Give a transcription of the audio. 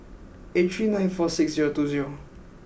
eight three nine four six zero two zero